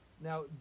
Now